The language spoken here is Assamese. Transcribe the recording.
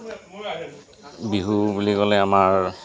বিহু বুলি ক'লে আমাৰ